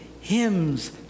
hymns